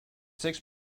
six